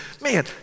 man